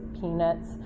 peanuts